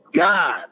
God